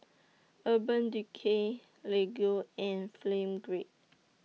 Urban Decay Lego and Film Grade